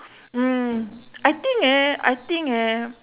mm I think eh I think eh